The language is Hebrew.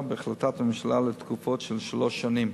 ובהחלטת הממשלה לתקופות של שלוש שנים.